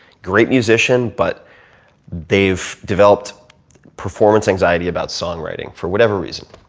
great musician but they've developed performance anxiety about song writing for whatever reason,